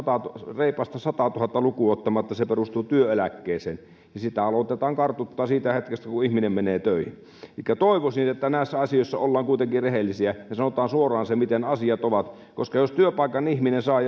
reipasta sataatuhatta lukuun ottamatta perustuu työeläkkeeseen ja sitä aletaan kartuttaa siitä hetkestä kun ihminen menee töihin elikkä toivoisin että näissä asioissa ollaan kuitenkin rehellisiä ja sanotaan suoraan miten asiat ovat koska jos työpaikan ihminen saa